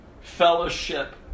fellowship